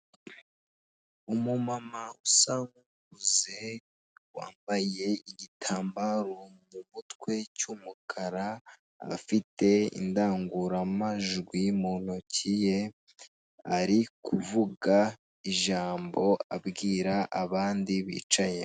Umu mama usa nk'ukuze wambaye igitambaro mu mutwe cy'umukara afite indangurumajwi mu ntoki ye ari kuvuga ijambo abwira abandi bicaye.